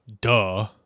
duh